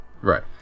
Right